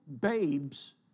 babes